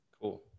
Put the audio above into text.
Cool